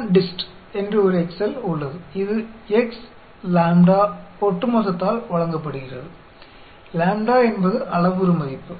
EXPONDIST என்ற ஒரு Excel உள்ளது இது x லாம்ப்டா ஒட்டுமொத்தத்தால் வழங்கப்படுகிறது lambda என்பது அளவுரு மதிப்பு